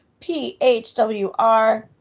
PHWR